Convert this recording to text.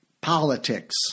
politics